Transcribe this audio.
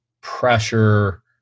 pressure